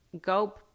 go